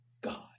God